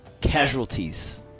casualties